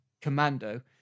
Commando